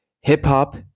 Hip-hop